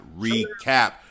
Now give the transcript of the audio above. recap